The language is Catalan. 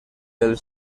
del